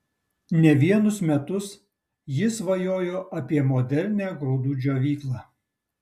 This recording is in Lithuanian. ne vienus metus jis svajojo apie modernią grūdų džiovyklą